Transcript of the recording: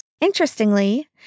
Interestingly